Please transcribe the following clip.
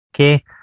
Okay